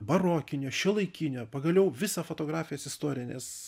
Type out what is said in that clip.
barokinio šiuolaikinio pagaliau visą fotografijos istoriją nes